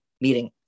meeting